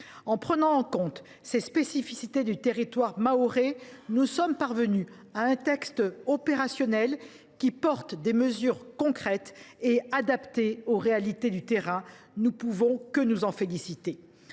En prenant en compte les spécificités du territoire mahorais, nous sommes parvenus à un texte opérationnel qui porte des mesures concrètes et adaptées aux réalités du terrain. Nous ne pouvons que nous en féliciter.